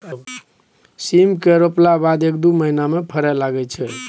सीम केँ रोपला बाद एक दु महीना मे फरय लगय छै